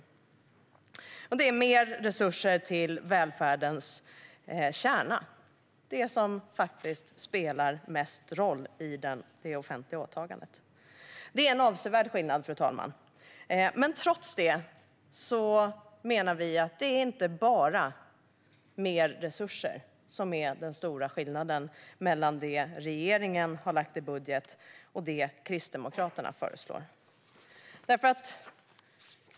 Det hade inneburit mer resurser till välfärdens kärna, det som faktiskt spelar störst roll i det offentliga åtagandet. Det är en avsevärd skillnad, fru talman. Men trots det menar vi att det inte bara är mer resurser som är den stora skillnaden mellan det regeringen har lagt fram i sin budget och det Kristdemokraterna föreslår.